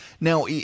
Now